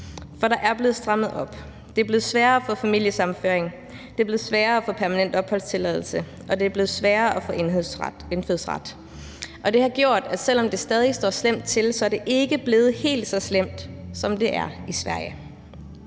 For der er blevet strammet op. Det er blevet sværere at få familiesammenføring, det er blevet sværere at få permanent opholdstilladelse, og det er blevet sværere at få indfødsret. Og det har gjort, at selv om det stadig står slemt til, er det ikke blevet helt så slemt, som det er i Sverige.